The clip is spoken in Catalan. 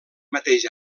mateix